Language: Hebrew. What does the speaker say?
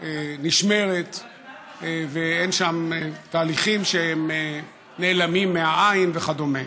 נשמרת ואין שם תהליכים שהם נעלמים מן העין וכדומה.